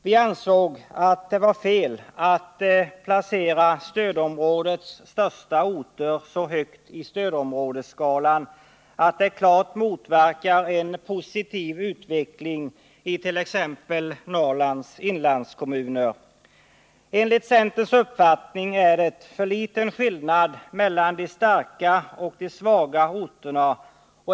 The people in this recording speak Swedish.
Vi ansåg att det var fel att placera stödområdets största orter så högt i stödområdesskalan att det klart motverkar en positiv utveckling i t.ex. Norrlands inlandskommuner. Enligt centerns uppfattning är det för liten skillnad mellan de starka och de svaga orterna.